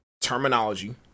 terminology